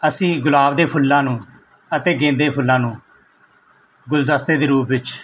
ਅਸੀਂ ਗੁਲਾਬ ਦੇ ਫੁੱਲਾਂ ਨੂੰ ਅਤੇ ਗੇਂਦੇ ਫੁੱਲਾਂ ਨੂੰ ਗੁਲਦਸਤੇ ਦੇ ਰੂਪ ਵਿੱਚ